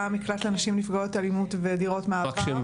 מקלט לנשים נפגעות אלימות ודירות מעבר.